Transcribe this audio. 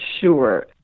Sure